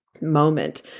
moment